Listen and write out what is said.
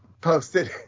posted